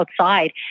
outside